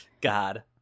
god